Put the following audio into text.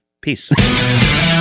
Peace